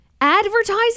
advertising